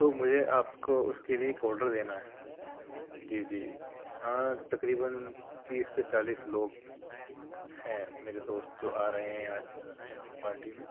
تو مجھے آپ کو اُس کے لیے ایک اوڈر دینا ہے جی جی ہاں تقریباً تیس سے چالیس لوگ ہیں میرے دوست جو آ رہے ہیں آج شام پارٹی میں